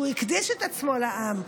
שהוא הקדיש את עצמו לעם,